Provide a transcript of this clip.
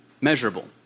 measurable